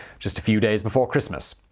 just a few days before christmas,